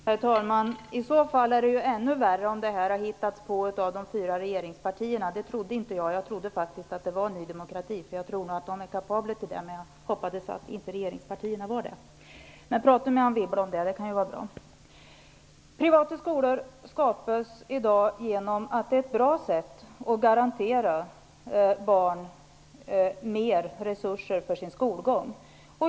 Herr talman! Det är ju ännu värre om det här förslaget är någonting som de fyra regeringspartierna har hittat på. Jag trodde att det var Ny demokrati som hade gjort det, därför att man i det partiet är kapabel till det. Jag hoppades att regeringspartierna inte var det. Men prata med Wibble om det! Det kan vara bra. Privata skolor skapas i dag därför att det är ett bra sätt att garantera barn mer resurser för skolgång.